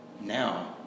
now